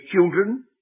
children